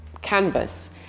canvas